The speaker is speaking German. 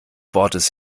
wortes